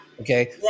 Okay